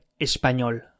Español